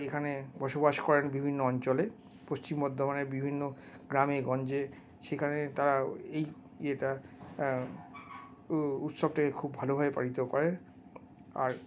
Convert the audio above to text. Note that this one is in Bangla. এখানে বসবাস করেন বিভিন্ন অঞ্চলে পশ্চিম বর্ধমানের বিভিন্ন গ্রামে গঞ্জে সেখানে তারা এই উৎসবটাকে খুব ভালোভাবে পালিত করে আর